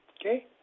okay